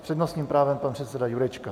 S přednostním právem pan předseda Jurečka.